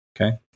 Okay